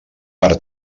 per